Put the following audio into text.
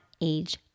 age